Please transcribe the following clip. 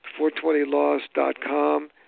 420laws.com